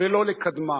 ולא לקדמם.